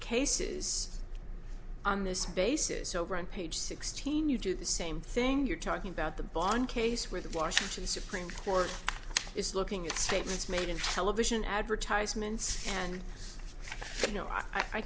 cases on this basis over on page sixteen you do the same thing you're talking about the bomb case where the washington supreme court is looking at statements made in television advertisements and